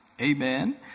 Amen